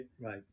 Right